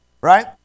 right